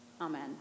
Amen